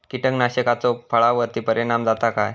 कीटकनाशकाचो फळावर्ती परिणाम जाता काय?